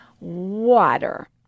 Water